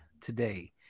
today